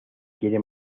quiere